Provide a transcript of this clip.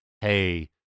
hey